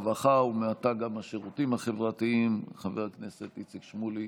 הרווחה ומעתה גם השירותים החברתיים חבר הכנסת איציק שמולי.